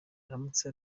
aramutse